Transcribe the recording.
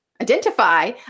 identify